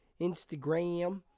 Instagram